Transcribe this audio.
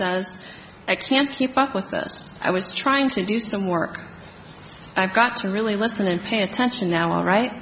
's i can't keep up with this i was trying to do some work i've got to really listen and pay attention now all right